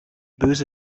böse